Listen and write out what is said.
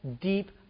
deep